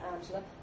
Angela